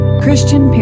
Christian